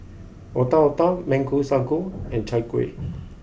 Otak Otak Mango Sago and Chai Kuih